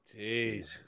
Jeez